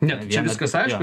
ne tai čia viskas aišku